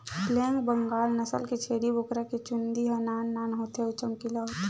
black Bengal नसल के छेरी बोकरा के चूंदी ह नान नान होथे अउ चमकीला होथे